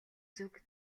зүг